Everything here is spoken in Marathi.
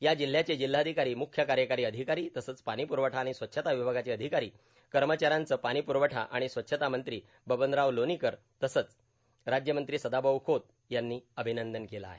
या जिल्ह्यांचे जिल्हाधिकारी मुख्य कार्यकारी अधिकारी तसंच पाणी पुरवठा आणि स्वच्छता विभागाचे अधिकारी कर्मचाऱ्यांचे पाणी प्रवठा आणि स्वच्छता मंत्री बबनराव लोणीकर तसंच राज्यमंत्री सदाभाऊ खोत यांनी अभिनंदन केले आहे